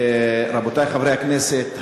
רבותי חברי הכנסת,